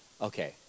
okay